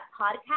podcast